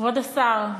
כבוד השר,